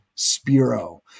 Spiro